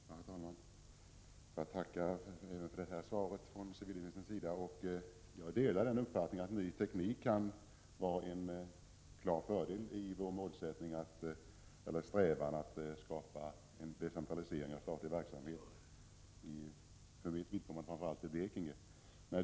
Herr talman! Jag tackar även för det senaste inlägget från civilministern. När det gäller vår strävan att decentralisera statlig verksamhet menar också jag att det kan vara en klar fördel att utnyttja den nya tekniken. För mitt vidkommande gäller det framför allt Blekinge län.